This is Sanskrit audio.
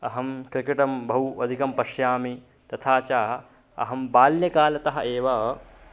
अहं क्रिकेटं बहु अधिकं पश्यामि तथा च अहं बाल्यकालतः एव